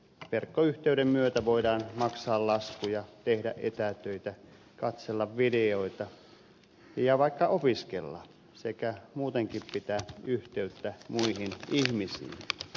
verkkoyhteyden myötä voidaan maksaa laskuja tehdä etätöitä katsella videoita ja vaikka opiskella sekä muutenkin pitää yhteyttä muihin ihmisiin